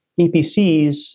epcs